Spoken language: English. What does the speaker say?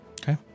Okay